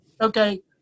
okay